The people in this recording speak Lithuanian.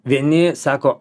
vieni sako